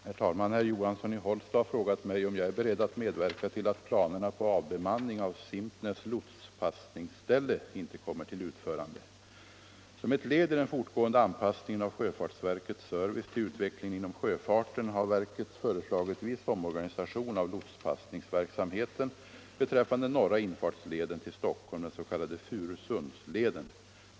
Herr talman! Herr Johansson i Hållsta har frågat mig om jag är beredd att medverka till att planerna på avbemanning av Simpnäs lotspassningsställe inte kommer till utförande. Som ett led i den fortgående anpassningen av sjöfartsverkets service till utvecklingen inom sjöfarten har verket föreslagit viss omorganisation av lotspassningsverksamheten beträffande norra infartsleden till Stockholm, den s.k. Furusundsleden.